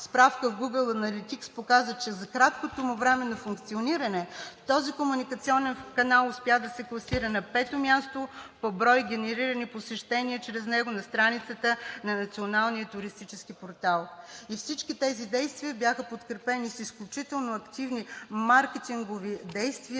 Справка в Google Аnalytics показа, че за краткото му време на функциониране този комуникационен канал успя да се класира на пето място по брой генерирани посещения чрез него на страницата на Националния туристически портал. Всички тези действия бяха подкрепени с изключително активни маркетингови действия,